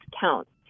counts